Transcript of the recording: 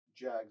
Jags